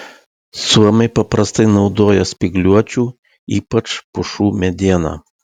suomiai paprastai naudoja spygliuočių ypač pušų medieną